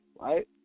right